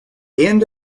end